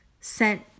sent